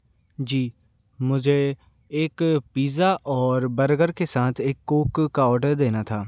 जी मुझे एक पीज़्ज़ा और बर्गर के साथ एक कोक का आर्डर देना था